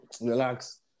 relax